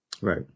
Right